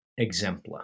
exempla